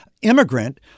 immigrant